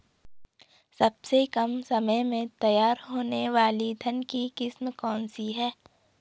सबसे कम समय में तैयार होने वाली धान की किस्म कौन सी है?